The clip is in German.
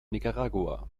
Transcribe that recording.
nicaragua